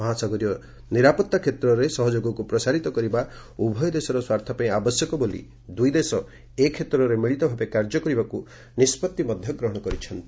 ମହାସାଗରୀୟ ନିରାପତ୍ତା କ୍ଷେତ୍ରରେ ସହଯୋଗକୁ ପ୍ରସାରିତ କରିବା ଉଭୟ ଦେଶର ସ୍ୱାର୍ଥ ପାଇଁ ଆବଶ୍ୟକ ବୋଲି ଦୁଇ ଦେଶ ଏ କ୍ଷେତ୍ରରେ ମିଳିତ ଭାବେ କାର୍ଯ୍ୟକରିବାକୁ ନିଷ୍ପଭି ନେଇଛନ୍ତି